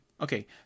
okay